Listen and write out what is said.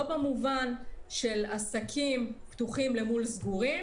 לא במובן של עסקים פתוחים למול סגורים,